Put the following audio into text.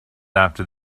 after